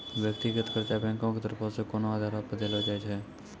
व्यक्तिगत कर्जा बैंको के तरफो से कोनो आधारो पे देलो जाय छै